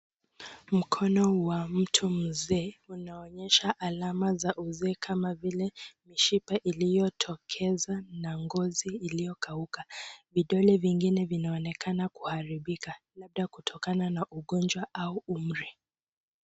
Mkono wa mtu mzee unaonyesha alama za uzee kama vile mishipa iliyotokeza na ngozi iliyokauka. Vidole vingine vinaonekana kuharibika labda kutokana na ugonjwa au umri.